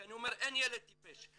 כי אני אומר שאין ילד טיפש,